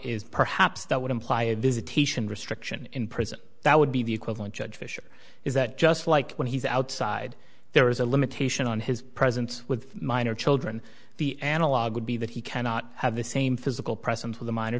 is perhaps that would imply a visitation restriction in prison that would be the equivalent judge fisher is that just like when he's outside there is a limitation on his presence with minor children the analog would be that he cannot have the same physical presence with a minor